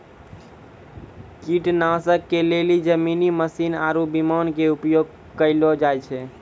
कीटनाशक के लेली जमीनी मशीन आरु विमान के उपयोग कयलो जाय छै